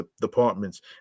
departments